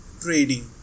trading